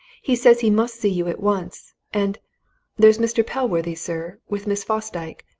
he says he must see you at once. and there's mr. pellworthy, sir, with miss fosdyke.